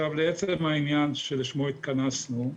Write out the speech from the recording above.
לעצם העניין שלשמו התכנסנו,